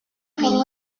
бий